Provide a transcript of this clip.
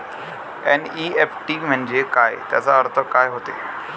NEFT म्हंजे काय, त्याचा अर्थ काय होते?